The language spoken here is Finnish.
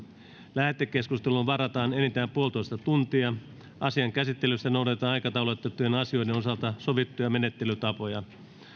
lähetekeskusteluun varataan enintään puolitoista tuntia asian käsittelyssä noudatetaan aikataulutettujen asioiden osalta sovittuja menettelytapoja